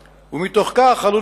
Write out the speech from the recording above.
2. מדד כלכלי-חברתי,